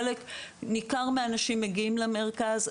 חלק ניכר מהאנשים מגיעים למרכז,